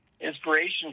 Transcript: inspiration